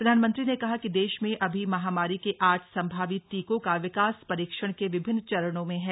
प्रधानमंत्री ने कहा कि देश में अभी महामारी के आठ संभावित टीकों का विकास परीक्षण के विभिन्न चरणों में है